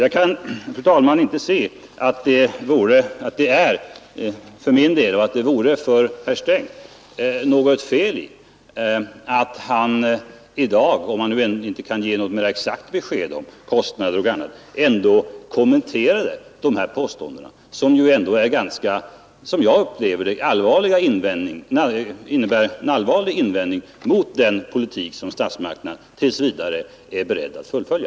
Jag kan, fru talman, inte sc att det vore något fel i att herr Sträng i dag — må vara att han inte kan ge något mera exakt besked om kostnader och annat — ändå kommenterade dessa påståenden, som jag anser innebära en allvarlig invändning mot den politik som statsmakterna tills vidare är beredda att fullfölja.